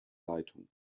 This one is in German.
leitung